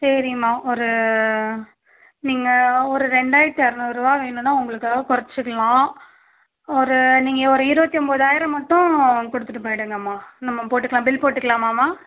சரிம்மா ஒரு நீங்கள் ஒரு ரெண்டாயிரத்து அறநூறுரூவா வேணுன்னா உங்களுக்காக குறச்சிக்கிலாம் ஒரு நீங்கள் ஒரு இருபத்தி ஒன்பதாயிரம் மட்டும் கொடுத்துட்டு போய்விடுங்கம்மா நம்ம போட்டுக்கலாம் பில் போட்டுக்கலாமாம்மா